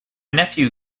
nephew